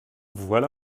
voilà